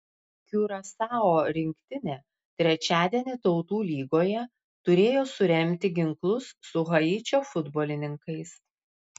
kiurasao rinktinė trečiadienį tautų lygoje turėjo suremti ginklus su haičio futbolininkais